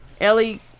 Ellie